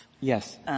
Yes